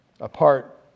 apart